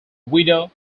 widow